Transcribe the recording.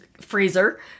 freezer